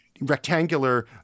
rectangular